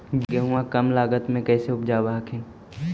गेहुमा कम लागत मे कैसे उपजाब हखिन?